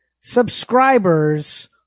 subscribers